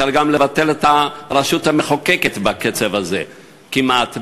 אפשר גם לבטל את הרשות המחוקקת בקצב הזה כמעט.